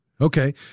Okay